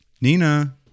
Nina